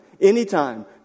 Anytime